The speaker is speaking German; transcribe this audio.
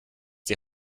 die